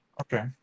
Okay